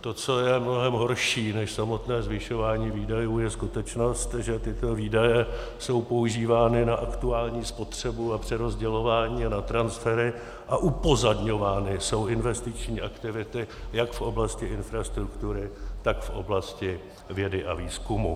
To, co je mnohem horší než samotné zvyšování výdajů, je skutečnost, že tyto výdaje jsou používány na aktuální spotřebu a přerozdělování na transfery a upozaďovány jsou investiční aktivity jak v oblasti infrastruktury, tak v oblasti vědy a výzkumu.